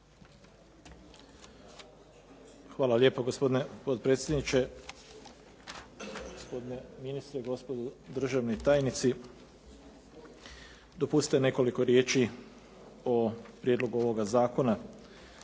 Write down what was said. Hvala lijepo gospodine potpredsjedniče, gospodine ministre, gospodo državni tajnici. Dopustite nekoliko riječi o prijedlogu ovoga zakona.